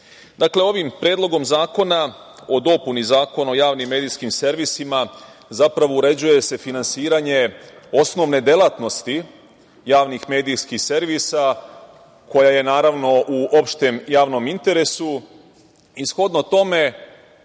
Dakle, ovim Predlogom zakona o dopuni Zakona o javnim medijskim servisima uređuje se finansiranje osnovne delatnosti javnih medijskih servisa koja je u opštem javnom interesu i shodno tome